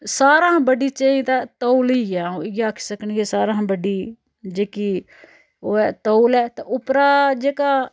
सारें हा बड्डी चेंज ते तौल ई ऐ इ'यै आक्खी सकनी कि सारें शा बड्डी जेह्की होऐ तौल ऐ ते उप्परा जेह्का